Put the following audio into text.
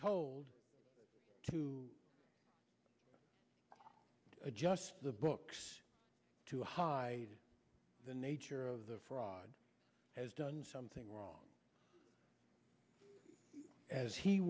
told to adjust the books to hide the nature of the fraud has done something wrong as he